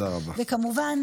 תודה רבה.